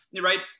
right